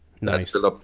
Nice